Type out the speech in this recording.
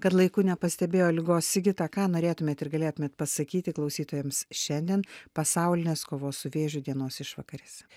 kad laiku nepastebėjo ligos sigita ką norėtumėt ir galėtumėt pasakyti klausytojams šiandien pasaulinės kovos su vėžiu dienos išvakarėse